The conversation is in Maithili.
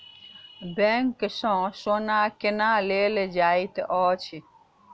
बैंक सँ सोना केना लेल जाइत अछि